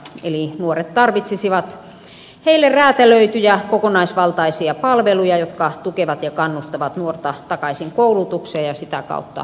eli nuoret tarvitsisivat heille räätälöityjä kokonaisvaltaisia palveluja jotka tukevat ja kannustavat nuorta takaisin koulutukseen ja sitä kautta työelämään